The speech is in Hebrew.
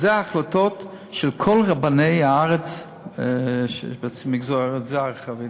ואלה ההחלטות של כל רבני הארץ שיש בעצם במגזר החרדי.